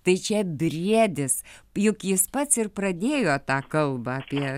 tai čia briedis juk jis pats ir pradėjo tą kalbą apie